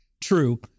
True